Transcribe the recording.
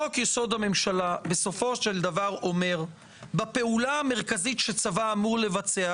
חוק-יסוד: הממשלה בסופו של דבר אומר שבפעולה המרכזית שצבא אמור לבצע,